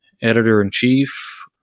editor-in-chief